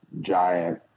giant